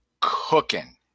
cooking